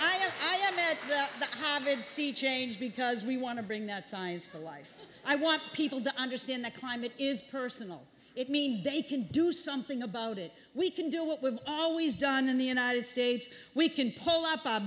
rabid sea change because we want to bring that size to life i want people to understand the climate is personal it means they can do something about it we can do what we've always done in the united states we can pull up